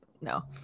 No